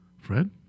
Fred